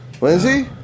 Lindsay